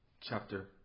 chapter